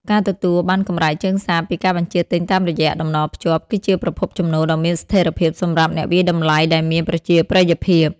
ការទទួលបានកម្រៃជើងសារពីការបញ្ជាទិញតាមរយៈតំណភ្ជាប់ គឺជាប្រភពចំណូលដ៏មានស្ថិរភាពសម្រាប់អ្នកវាយតម្លៃដែលមានប្រជាប្រិយភាព។